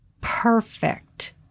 perfect